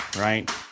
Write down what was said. Right